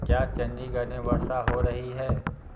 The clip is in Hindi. क्या चंडीगढ़ में वर्षा हो रही है